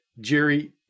Jerry